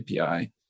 API